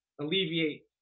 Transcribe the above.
alleviate